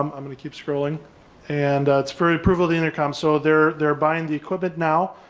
um i'm gonna keep scrolling and it's for approval the intercom so, they're they're buying the equipment now,